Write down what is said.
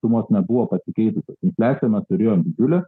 sumos nebuvo pasikeitusios infliaciją mes turėjom didelę